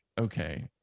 okay